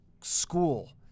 school